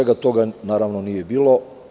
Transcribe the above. Toga svega naravno nije bilo.